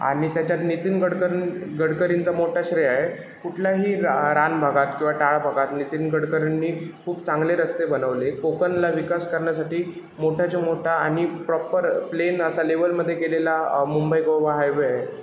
आणि त्याच्यात नितीन गडकरनी गडकरींचं मोठं श्रेय आहे कुठलाही रा रान भागात किंवा नितीन गडकरींनी खूप चांगले रस्ते बनवले कोकणला विकास करण्यासाठी मोठाच्या मोठा आणि प्रॉपर प्लेन असा लेवलमध्ये केलेला मुंबई गोवा हायवे आहे